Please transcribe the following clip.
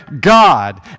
God